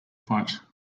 fight